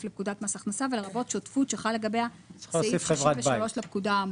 ולרבות שותפות שחל לגביה סעיף 63 לפקודה.